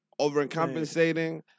overcompensating